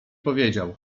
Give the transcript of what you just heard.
powiedział